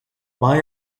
buy